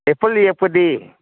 apple ꯌꯦꯛꯄꯗꯤ